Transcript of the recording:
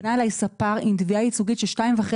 פנה אלי ספר עם תביעה ייצוגית של 2.5